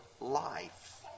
life